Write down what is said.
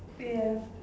ya